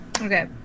okay